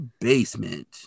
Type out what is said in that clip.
basement